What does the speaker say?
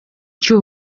cyo